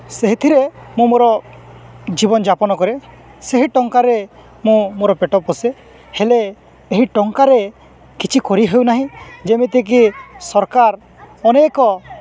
ସେଥିରେ ମୁଁ ମୋର ଜୀବନଯାପନ କରେ ସେହି ଟଙ୍କାରେ ମୁଁ ମୋର ପେଟ ପୋଷେ ହେଲେ ଏହି ଟଙ୍କାରେ କିଛି କରି ହେଉନାହିଁ ଯେମିତିକି ସରକାର ଅନେକ